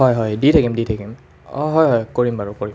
হয় হয় দি থাকিম দি থাকিম হয় হয় কৰিম বাৰু কৰিম